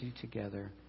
together